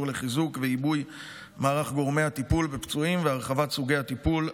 לחיזוק ועיבוי מערך גורמי הטיפול בפצועים והרחבת סוגי הטיפול השונים.